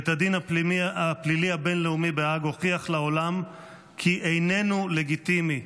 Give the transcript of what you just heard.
בית הדין הפלילי הבין-לאומי בהאג הוכיח לעולם כי איננו לגיטימי.